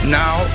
now